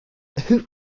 who